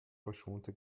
verschonte